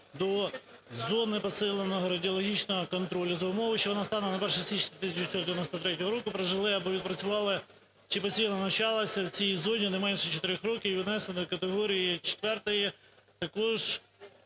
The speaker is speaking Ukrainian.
до зони посиленого радіологічного контролю за умови, що вони станом на 1 січня 1993 року прожили або відпрацювали чи постійно навчалися в цій зоні не менше чотирьох років і внесені в категорії IV, також